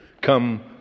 Come